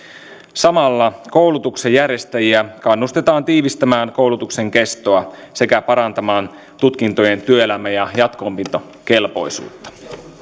samalla koulutuksen järjestäjiä kannustetaan tiivistämään koulutuksen kestoa sekä parantamaan tutkintojen työelämä ja jatko opintokelpoisuutta